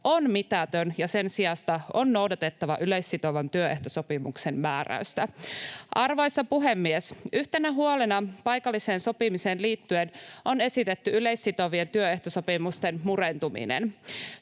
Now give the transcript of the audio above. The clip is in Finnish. on mitätön ja sen sijasta on noudatettava yleissitovan työehtosopimuksen määräystä. [Niina Malmin välihuuto] Arvoisa puhemies! Yhtenä huolena paikalliseen sopimiseen liittyen on esitetty yleissitovien työehtosopimusten murentuminen.